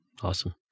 Awesome